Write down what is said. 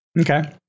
Okay